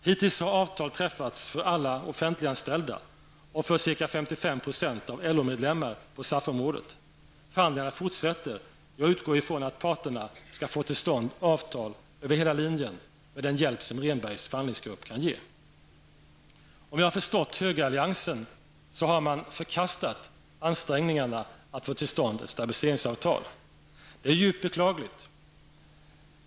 Hittills har avtal träffats för alla offentliganställda och för ca 55 % av LO-medlemmarna på SAF området. Förhandlingarna fortsätter, och jag utgår från att parterna skall få till stånd avtal över hela linjen, med den hjälp som Rehnbergs förhandlingsgrupp kan ge. Om jag har förstått högeralliansen rätt har man förkastat ansträngningarna att få till stånd ett stabiliseringsavtal. Det är djupt beklagligt.